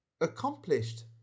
accomplished